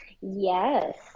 Yes